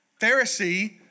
Pharisee